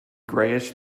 greyish